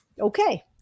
okay